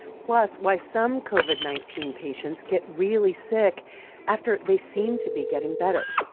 plus why some covid nineteen patients get really sick after they seem to be getting better.